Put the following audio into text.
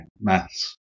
maths